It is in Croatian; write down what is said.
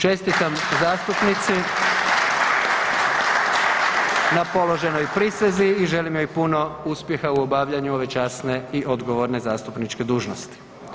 Čestitam zastupnici na položenoj prisezi i želim joj puno uspjeha u obavljanju ove časne i odgovorne zastupničke dužnosti.